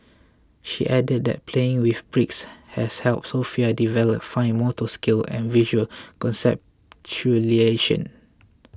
she added that playing with bricks has helped Sofia develop fine motor skills and visual conceptualisation